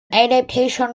adaptation